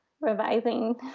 revising